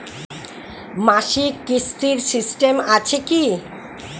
মাসিক কিস্তির সিস্টেম আছে কি?